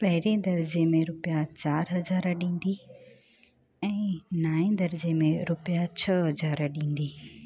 पहिरे दर्ज़े में रुपया चारि हज़ार ॾींदी ऐं नाए दर्ज़े में रुपया छह हज़ार ॾींदी